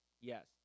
yes